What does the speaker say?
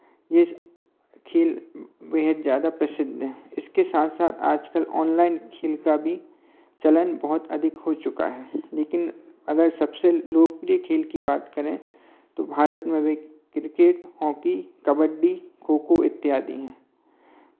जिस खेल बेहद ज़्यादा प्रसिद्ध हैं इसके साथ साथ आजकल ऑनलाइन खेल का भी चलन बहुत अधिक हो चुका है लेकिन अगर सबसे लोकप्रिय खेल की बात करें तो भारत में वे क्रिकेट हॉकी कबड्डी खो खो इत्यादि हैं